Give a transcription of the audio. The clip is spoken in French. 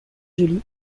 jolie